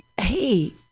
hey